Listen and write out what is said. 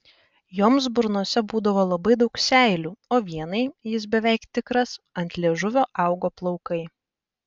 joms burnose būdavo labai daug seilių o vienai jis beveik tikras ant liežuvio augo plaukai